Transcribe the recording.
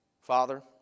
Father